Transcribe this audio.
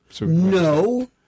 No